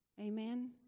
Amen